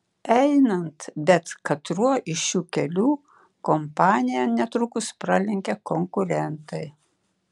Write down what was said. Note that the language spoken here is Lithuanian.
einant bet katruo iš šių kelių kompaniją netrukus pralenkia konkurentai